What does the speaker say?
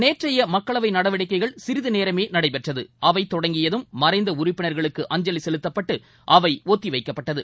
நேற்றைய மக்களவை நடவடிக்கைகள் சிறிது நேரமே நடைபெற்றது அவை தொடங்கியதும் மறைந்த உறுப்பினர்களுக்கு அஞ்சலி செலுத்தப்பட்டு அவை ஒத்தி வைக்கப்பட்டது